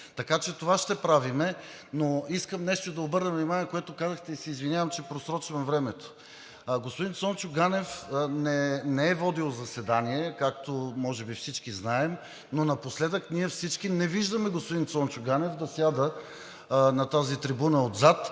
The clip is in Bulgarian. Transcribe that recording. така че това ще правим. Но искам на нещо да обърна внимание, което казахте, и се извинявам, че просрочвам времето. Господин Цончо Ганев не е водил заседание, както може би всички знаем, но напоследък ние всички не виждаме господин Цончо Ганев да сяда на тази трибуна отзад,